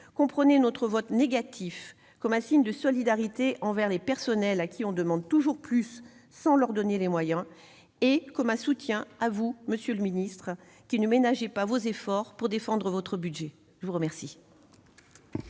Comprenez notre vote négatif comme un signe de solidarité envers les personnels, à qui l'on demande toujours plus sans leur donner les moyens, et comme une marque de soutien personnelle, monsieur le ministre, vous qui ne ménagez pas vos efforts pour défendre votre budget. La parole